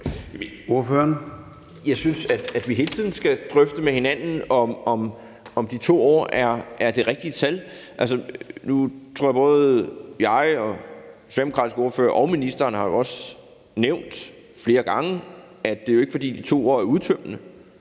Jeg synes, at vi hele tiden skal drøfte med hinanden, om de 2 år er det rigtige tal. Jeg tror, at både jeg og den socialdemkratiske ordfører og ministeren flere gange har nævnt, at det jo ikke er, fordi de 2 år udtømmende.